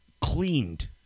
cleaned